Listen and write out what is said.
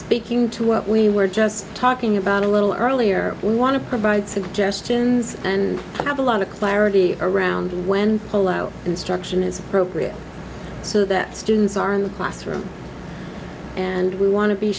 speaking to what we were just talking about a little earlier we want to provide suggestions and have a lot of clarity around when pullout instruction is appropriate so that students are in the classroom and we want to be